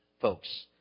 folks